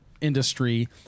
industry